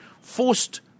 forced